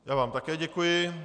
Já vám také děkuji.